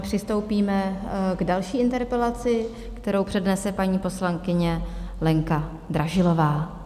Přistoupíme k další interpelaci, kterou přednese paní poslankyně Lenka Dražilová.